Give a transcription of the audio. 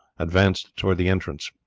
advanced towards the entrance.